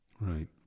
right